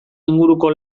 inguruko